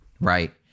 right